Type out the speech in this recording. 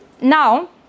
Now